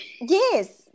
Yes